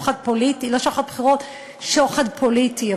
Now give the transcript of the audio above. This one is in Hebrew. לא שוחד בחירות אלא שוחד פוליטי,